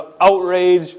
outrage